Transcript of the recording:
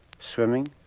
swimming